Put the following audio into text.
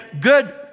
good